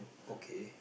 okay